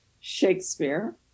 Shakespeare